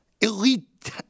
elite